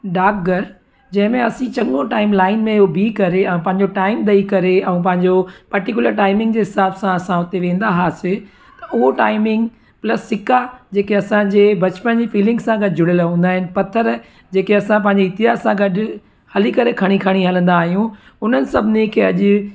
डाक घरु जंहिंमें असी चङो टाइम लाइन में बीही करे पंहिंजो टाइम ॾेई करे अऊं पांजो पटिकूलर टाइमिंग जे हिसाब सां असां हुते वेंदा हुआसीं उहो टाइमिंग प्लस सिका जेके असांजे बचपन जी फिलिंग सां गॾु जुड़ियल हूंदा आहिनि पथर जेके असां पंहिंजे इतिहास सां गॾु हली करे खणी खणी हलंदा आहियूं उन सभिनी खे अॼु